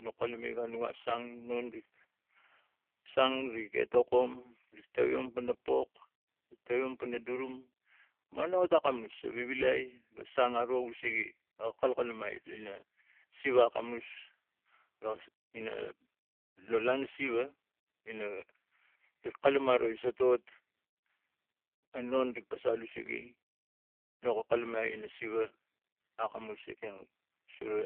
Nok kalume ega nowa sang sang ri ga tokon nok tang pana pok nok toi ang pana dorum manutakamus a vivilai ga sang aro usige dorum manu takamus a vivilai ga sang aro usige akalkalumai ina siva akamus ina lo lana siva ina ne kalumari sotot a non gi pasal usege nuk go kalumari sotot a non gi pasal